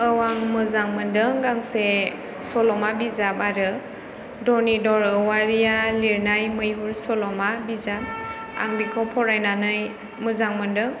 औ आं मोजां मोनदाें गांसे सल'मा बिजाब आरो धरनिधर औवारिआ लिरनाय मैहुर सल'मा बिजाब आं बिखौ फरायनानै मोजां मोनदों